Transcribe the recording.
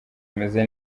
ameze